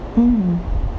hmm